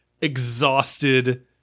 exhausted